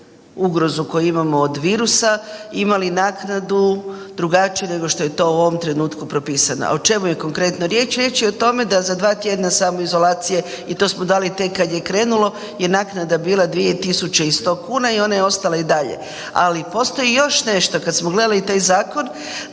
koju imamo od virusa imali naknadu drugačiju nego što je to u ovom trenutku propisana. O čemu je konkretno riječ? Riječ je o tome da za 2 tjedna samoizolacije i to smo dali tek kad je krenulo je naknada bila 2.100 kuna i ona je ostala i dalje. Ali postoji još nešto, kad smo gledali taj zakon,